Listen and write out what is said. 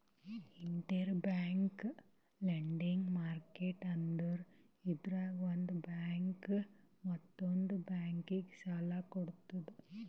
interbank lending market ಅಂದ್ರ ಇದ್ರಾಗ್ ಒಂದ್ ಬ್ಯಾಂಕ್ ಮತ್ತೊಂದ್ ಬ್ಯಾಂಕಿಗ್ ಸಾಲ ಕೊಡ್ತದ್